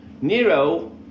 Nero